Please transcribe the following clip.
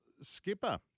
skipper